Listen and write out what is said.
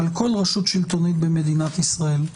על כל רשות שלטונית במדינת ישראל,